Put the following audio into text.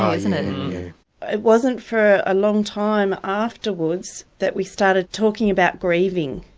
um isn't it? it wasn't for a long time afterwards that we started talking about grieving,